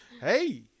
hey